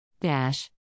Dash